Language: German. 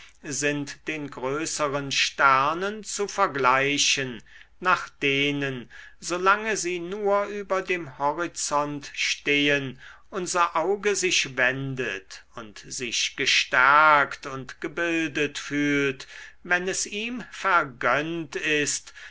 sind den größeren sternen zu vergleichen nach denen solange sie nur über dem horizont stehen unser auge sich wendet und sich gestärkt und gebildet fühlt wenn es ihm vergönnt ist